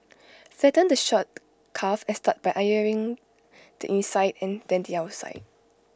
flatten the shirt cuff and start by ironing the inside and then the outside